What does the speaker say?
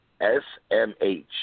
S-M-H